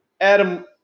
Adam